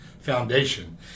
Foundation